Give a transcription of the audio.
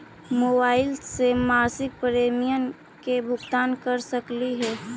Mobile से मासिक premium के भुगतान कर सकली हे?